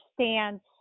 stance